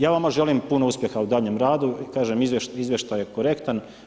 Ja vama želim puno uspjeha u daljnjem radu i kažem izvještaj je korektan.